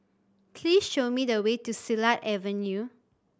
please show me the way to Silat Avenue